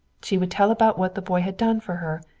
she would tell about what the boy had done for her,